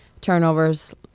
turnovers